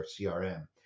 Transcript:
CRM